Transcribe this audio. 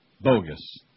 Bogus